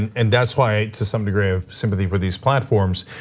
and that's why to some degree i have sympathy for these platforms.